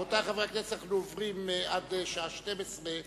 רבותי חברי הכנסת, אנחנו עוברים, עד השעה 12:00,